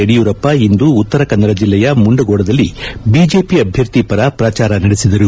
ಯಡಿಯೂರಪ್ಪ ಇಂದು ಉತ್ತರಕನ್ನಡ ಜಿಲ್ಲೆಯ ಮುಂಡಗೋಡದಲ್ಲಿ ಬಿಜೆಪಿ ಅಭ್ಯರ್ಥಿ ಪರ ಪ್ರಚಾರ ನಡೆಸಿದರು